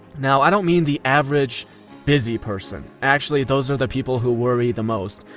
now i don't mean the average busy person. actually, those are the people who worry the most.